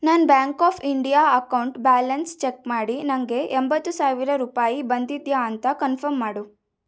ನನ್ನ bank of India account balance check ಮಾಡಿ ನನಗೆ ಎಂಬತ್ತು ಸಾವಿರ ರೂಪಾಯಿ ಬಂದಿದೆಯಾ ಅಂತ ಕನ್ಫರ್ಮ್ ಮಾಡು